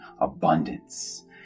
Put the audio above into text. abundance